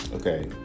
Okay